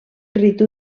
ritu